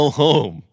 home